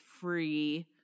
free